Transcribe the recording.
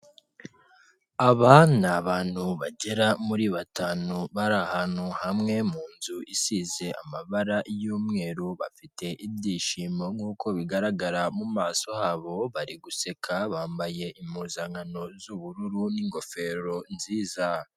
Aba ni abantu bagera muri batanu bari ahantu hamwe mu nzu isize amabara y'umweru, bafite ibyishimo nkuko bigaragara mu maso habo bari guseka, bambaye impuzankano z'ubururu n'ingofero nziza.